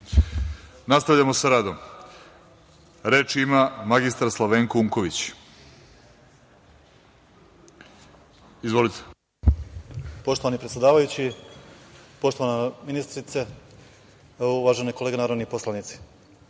Nastavljamo sa radom. Reč ima magistar Slavenko Unković. Izvolite. **Slavenko Unković** Poštovani predsedavajući, poštovana ministrice, uvažene kolege narodni poslanici,